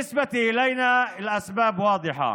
מבחינתנו הסיבות ברורות.